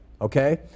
okay